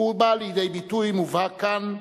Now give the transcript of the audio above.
הוא בא לידי ביטוי מובהק כאן,